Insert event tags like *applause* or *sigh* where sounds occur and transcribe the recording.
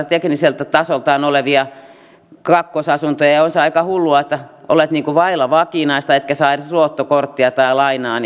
*unintelligible* tekniseltä tasoltaan erittäin laadukkaita kakkosasuntoja ja on se aika hullua että silloin olet vailla vakinaista asuntoa etkä saa edes luottokorttia tai lainaa *unintelligible*